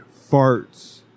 farts